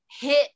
hit